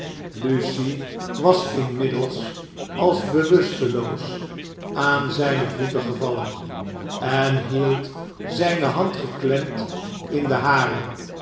lucie was inmiddels als bewusteloos aan zijne voeten gevallen en hield zijne hand geklemd in de hare